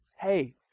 Hey